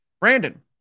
Brandon